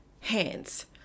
hands